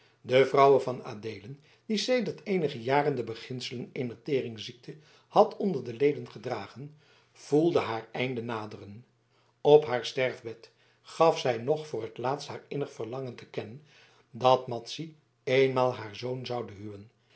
de vrouwe van adeelen die sedert eenige jaren de beginselen eener teringziekte had onder de leden gedragen voelde haar einde naderen op haar sterfbed gaf zij nog voor t laatst haar innig verlangen te kennen dat madzy eenmaal haar zoon zoude huwen